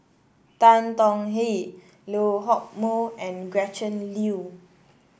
Tan Tong Hye Lee Hock Moh and Gretchen Liu